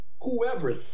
whoever